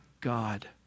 God